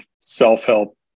self-help